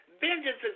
vengeance